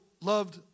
loved